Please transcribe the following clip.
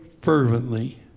fervently